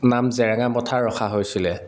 নাম জেৰেঙা পথাৰ ৰখা হৈছিলে